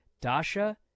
Dasha